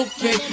Okay